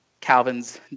Calvin's